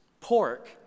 pork